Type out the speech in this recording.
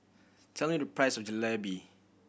tell me the price of Jalebi